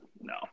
No